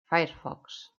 firefox